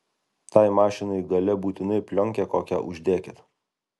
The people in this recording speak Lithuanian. tai mašinai gale būtinai plionkę kokią uždėkit